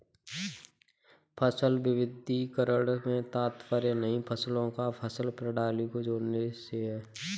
फसल विविधीकरण से तात्पर्य नई फसलों या फसल प्रणाली को जोड़ने से है